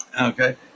Okay